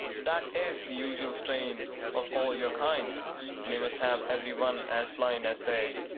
that is the usual strain of all your kind they must have every one as blind as they.